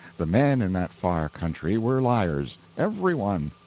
the men in that far country were liars every one.